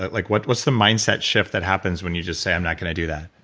like what's what's the mindset shift that happens when you just say i'm not going to do that?